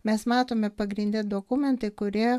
mes matome pagrinde dokumentai kurie